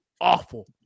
awful